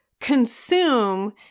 consume